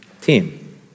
team